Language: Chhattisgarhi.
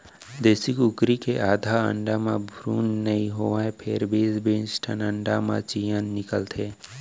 देसी कुकरी के आधा अंडा म भ्रून नइ होवय फेर बीस बीस ठन अंडा म चियॉं निकलथे